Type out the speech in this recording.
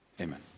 Amen